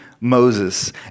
Moses